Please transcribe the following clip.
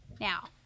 Now